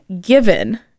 given